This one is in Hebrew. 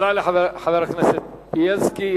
תודה לחבר הכנסת בילסקי.